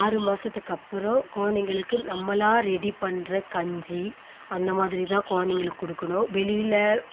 ஆறு மாதத்துக்கு அப்புறோம் குலந்தைங்களுக்கு நம்மளாக ரெடி பண்ணுற கஞ்சி அந்த மாதிரி தான் குலந்தைங்களுக்கு கொடுக்கணும் வெளியில